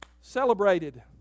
celebrated